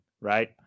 right